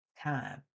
time